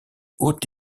haute